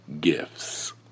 gifts